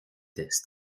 test